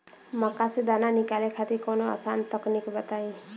मक्का से दाना निकाले खातिर कवनो आसान तकनीक बताईं?